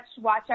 watch